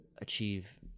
achieve